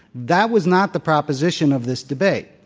that was not the proposition of this debate.